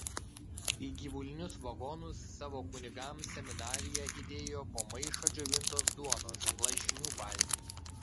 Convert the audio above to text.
į gyvulinius vagonus savo kunigams seminarija įdėjo po maišą džiovintos duonos lašinių paltį